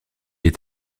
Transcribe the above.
est